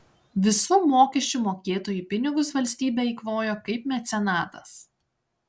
visų mokesčių mokėtojų pinigus valstybė eikvojo kaip mecenatas